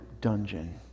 dungeon